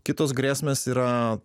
kitos grėsmės yra